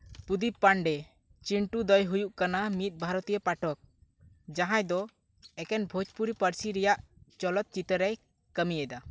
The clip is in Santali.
ᱯᱨᱚᱫᱤᱯ ᱯᱟᱱᱰᱮ ᱪᱤᱱᱴᱩ ᱫᱚᱭ ᱦᱩᱭᱩᱜ ᱠᱟᱱᱟ ᱢᱤᱫ ᱵᱷᱟᱨᱚᱛᱤᱭᱚ ᱯᱟᱴᱷᱚᱠ ᱡᱟᱦᱟᱸᱭ ᱫᱚ ᱮᱠᱮᱱ ᱵᱷᱳᱡᱽᱯᱩᱨᱤ ᱯᱟᱹᱨᱥᱤ ᱨᱮᱭᱟᱜ ᱪᱚᱞᱚᱛ ᱪᱤᱛᱟᱹᱨᱮᱭ ᱠᱟᱹᱢᱤᱭᱮᱫᱟ